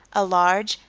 a large,